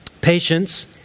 Patience